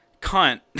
cunt